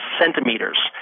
centimeters